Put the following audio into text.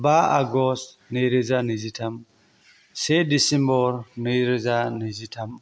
बा आगस्ट नैरोजा नैजिथाम से डिसेम्बर नैरोजा नैजिथाम